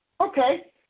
Okay